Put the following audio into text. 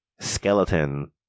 skeleton